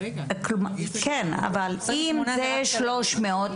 אם מדובר ב-300,